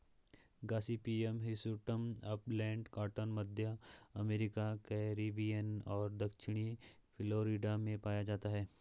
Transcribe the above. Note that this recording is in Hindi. गॉसिपियम हिर्सुटम अपलैंड कॉटन, मध्य अमेरिका, कैरिबियन और दक्षिणी फ्लोरिडा में पाया जाता है